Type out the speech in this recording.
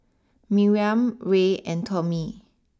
Miriam Ray and Tommie